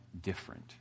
different